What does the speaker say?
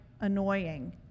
annoying